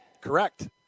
correct